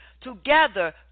together